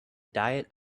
diet